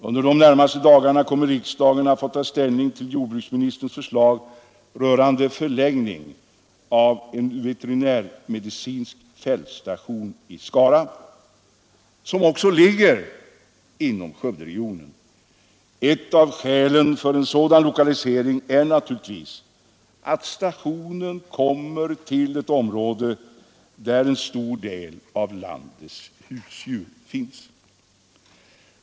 Under de närmaste dagarna skall riksdagen ta ställning till jordbruksministerns förslag rörande förläggning av en veterinärmedicinsk fältstation i Skara — som också ligger inom Skövderegionen. Ett av skälen för en sådan lokalisering är naturligtvis att stationen kommer till ett område där en stor del av landets husdjur finns.